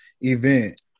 event